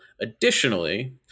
Additionally